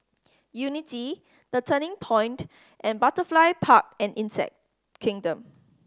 Unity The Turning Point and Butterfly Park and Insect Kingdom